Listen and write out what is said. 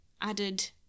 added